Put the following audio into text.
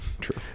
True